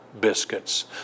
biscuits